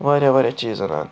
واریاہ واریاہ چیٖز اَنان